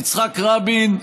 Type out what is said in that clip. יצחק רבין,